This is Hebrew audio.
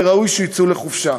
וראוי שיצאו לחופשה.